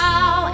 Now